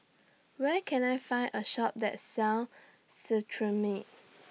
Where Can I Find A Shop that sells Cetrimide